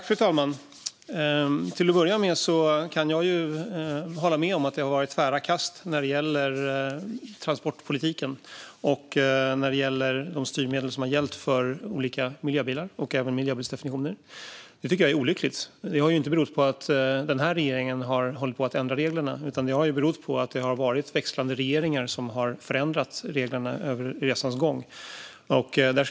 Fru talman! Till att börja med håller jag med om att det har varit tvära kast inom transportpolitiken och de styrmedel som har gällt för olika miljöbilar, och även i fråga om miljöbilsdefinitioner. Jag tycker att det är olyckligt. Det har inte berott på att den här regeringen har ändrat reglerna hit och dit, utan det har berott på att växlande regeringar har förändrat reglerna under resans gång.